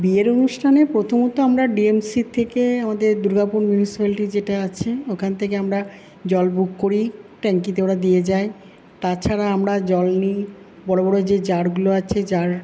বিয়ের অনুষ্ঠানে প্রথমত আমরা ডিএমসি থেকে ওদের দুর্গাপুর মিউনিসিপালটি যেটা আছে ওখানে থেকে আমরা জল বুক করি ট্যাঙ্কিতে ওরা দিয়ে যায় তাছাড়া আমরা জল নিই বড়ো বড়ো যে জারগুলো আছে জার